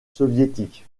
soviétique